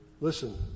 listen